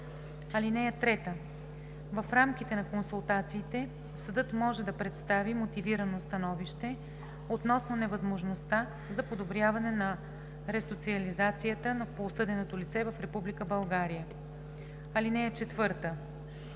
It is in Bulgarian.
акт. (3) В рамките на консултациите съдът може да представи мотивирано становище относно невъзможността за подобряване на ресоциализацията на осъденото лице в Република